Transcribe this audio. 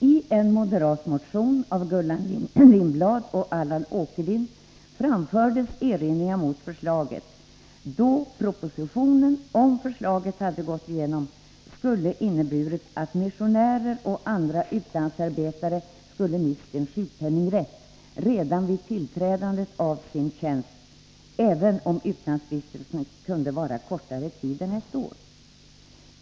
I en moderat motion av Gullan Lindblad och Allan Åkerlind framfördes erinringar mot förslaget, då det skulle ha inneburit att missionärer och andra utlandsarbetare skulle ha mist sin sjukpenningrätt redan vid tillträdandet av sin tjänst, även om utlandsvistelsen kunde vara kortare tid än ett år.